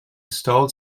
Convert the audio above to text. stalled